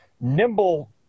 nimble